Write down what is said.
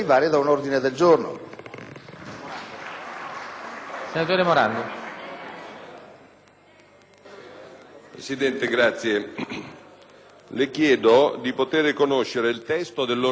Presidente, le chiedo di poter conoscere il testo dell'ordine del giorno (ormai l'emendamento, per decisione del suo proponente,